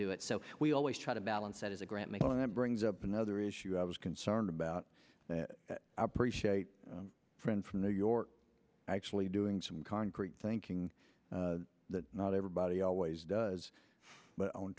do it so we always try to balance that as a grant making that brings up another issue i was concerned about appreciate friends from new york actually doing some concrete thinking that not everybody always does but on